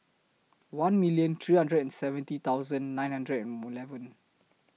one million three hundred and seventy thousand nine hundred and eleven